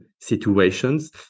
situations